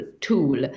tool